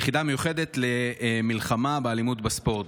יחידה מיוחדת למלחמה באלימות בספורט.